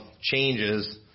changes